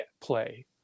play